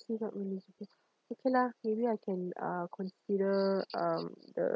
still not eligible okay lah maybe I can uh consider um the